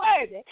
worthy